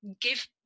give